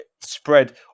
spread